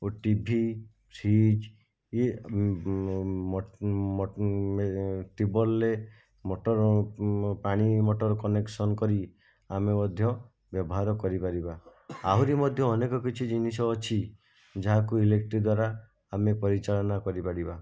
ଓ TV fridge ଇଏ ଟିବଲରେ motor ପାଣି ମଟର କନେକ୍ସନ କରି ଆମେ ମଧ୍ୟ ବ୍ୟବହାର କରିପାରିବା ଆହୁରି ମଧ୍ୟ ଅନେକ କିଛି ଜିନିଷ ଅଛି ଯାହାକୁ ଇଲେକ୍ଟ୍ରି ଦ୍ୱାରା ଆମେ ପରିଚାଳନା କରିପାରିବା